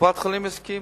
קופות-החולים הסכימו.